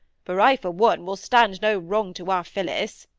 for i, for one, will stand no wrong to our phillis